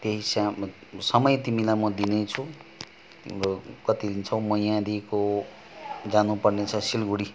त्यही स्या समय तिमीलाई म दिनेछु तिम्रो कति लिन्छौ म यहाँदेखिको जानुपर्ने छ सिलगडी